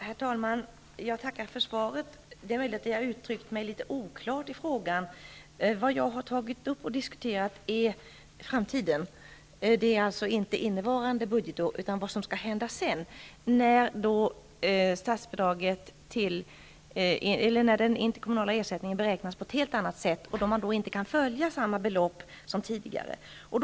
Herr talman! Jag tackar för svaret. Det är möjligt att jag uttryckte mig litet oklart i frågan. Vad jag har tagit upp och diskuterat är framtiden. Det gäller alltså inte innevarande budgetår utan vad som skall hända sedan, när den interkommunala ersättningen beräknas på ett helt annat sätt och då man inte kan följa de belopp som tidigare utgått.